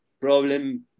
problem